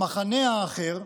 המחנה האחר,